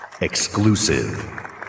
exclusive